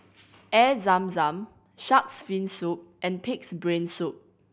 Air Zam Zam Shark's Fin Soup and Pig's Brain Soup